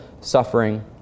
suffering